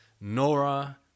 Nora